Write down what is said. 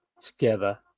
together